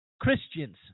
Christians